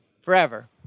forever